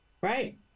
Right